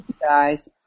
Guys